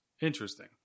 Interesting